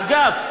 אגב,